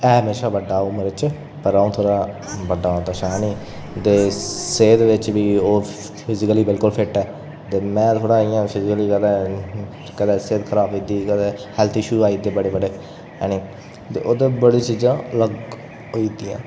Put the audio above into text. ऐ मेरे शा बड्डा ओह् उमरी च पर अ'ऊं थोह्ड़ा बड्डा ओह्दे शैल ऐनी ते सेहत बिच बी फिजीकली बिल्कुल फिट ऐ ते में थोह्ड़ा इ'यां फिजीकली कदें कदें सेहत खराब होई जन्दी कदें हेल्थ इश्यू आई दे बड़े बड़े ऐनी ते ओह्दे ई बड़ी चीज़ां अलग होई दियां